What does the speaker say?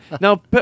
Now